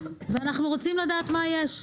ואנחנו רוצים לדעת מה יש.